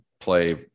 play